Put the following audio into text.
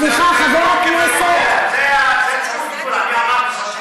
סליחה, חבר הכנסת ברושי, תן לו להשיב, בבקשה.